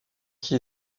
qui